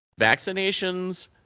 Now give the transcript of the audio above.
Vaccinations